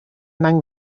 among